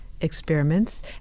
experiments